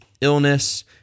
illness